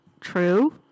true